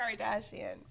Kardashian